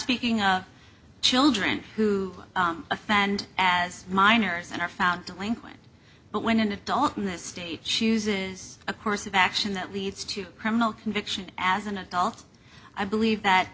speaking of children who offend as minors and are found delinquent but when an adult in this state chooses a course of action that leads to criminal conviction as an adult i believe that